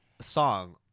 song